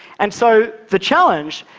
and so, the challenge,